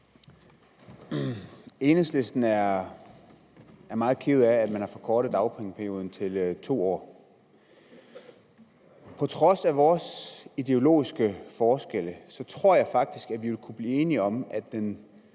Enhedslisten er meget ked af, at man har forkortet dagpengeperioden til 2 år. På trods af vores ideologiske forskelle tror jeg faktisk at vi ville kunne blive enige om, at den